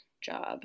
job